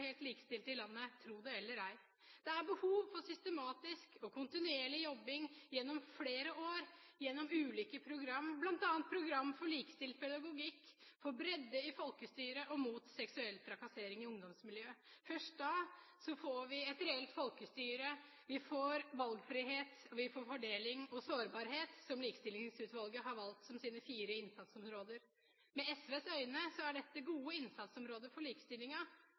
helt likestilt i landet – tro det eller ei. Det er behov for systematisk og kontinuerlig jobbing gjennom flere år og gjennom ulike program, bl.a. program for likestilling i pedagogikk, for bredde i folkestyre og mot seksuell trakassering i ungdomsmiljø. Først da får vi et reelt folkestyre, vi får valgfrihet, vi får fordeling og får ivaretatt sårbarhet, som Likestillingsutvalget har valgt som sine fire innsatsområder. Med SVs øyne er dette gode innsatsområder for likestillinga,